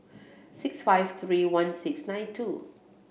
six five three one six nine two